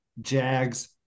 Jags